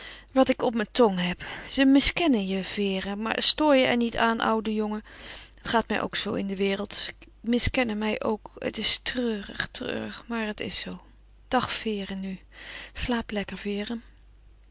wat ik op mijn tong heb ze miskennen je vere maar stoor je er niet aan oude jongen het gaat mij ook zoo in de wereld ze miskennen mij ook het is treurig treurig maar het is zoo dag vere nu slaap lekker vere